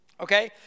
Okay